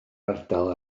ardal